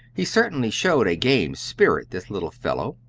he certainly showed a game spirit, this little fellow.